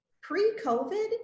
pre-COVID